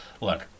Look